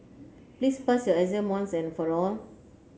please pass your exam once and for all